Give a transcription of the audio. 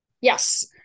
Yes